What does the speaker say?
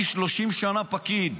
אני 30 שנה פקיד,